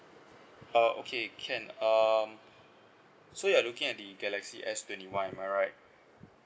uh okay can uh so you are looking at the galaxy S twenty one am I right